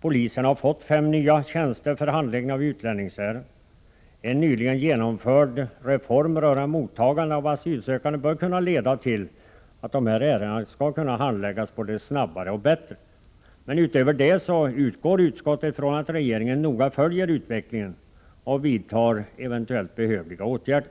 Polisen har fått fem nya tjänster för handläggning av utlänningsärenden. En nyligen genomförd reform rörande mottagande av asylsökande bör kunna leda till att dessa ärenden handläggs snabbare och bättre. Men utskottet utgår från att regeringen noga följer utvecklingen och vidtar eventuellt behövliga åtgärder.